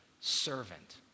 servant